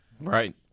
Right